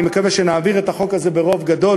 אני מקווה שנעביר את החוק הזה ברוב גדול,